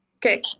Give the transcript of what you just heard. Okay